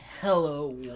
Hello